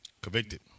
Convicted